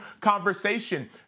conversation